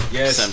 Yes